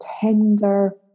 tender